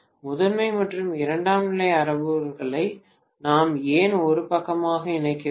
மாணவர் முதன்மை மற்றும் இரண்டாம் நிலை அளவுருக்களை நாம் ஏன் ஒரு பக்கமாக இணைக்க வேண்டும்